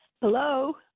Hello